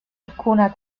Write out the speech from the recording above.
alcuna